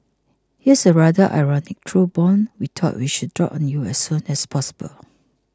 here's a rather ironic truth bomb we thought we should drop on you as soon as possible